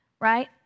right